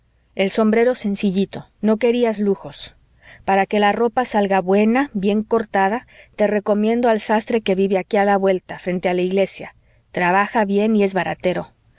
el sombrero sencillito no querias lujos para que la ropa salga buena bien cortada te recomiendo al sastre que vive aquí a la vuelta frente a la iglesia trabaja bien y es baratero